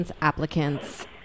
applicants